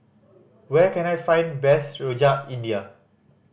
where can I find best Rojak India